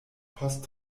post